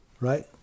Right